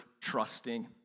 trusting